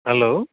hello